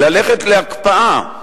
ללכת להקפאה,